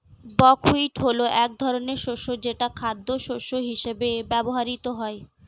buckwheat হলো এক ধরনের শস্য যেটা খাদ্যশস্য হিসেবে ব্যবহৃত হয়